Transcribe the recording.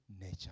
nature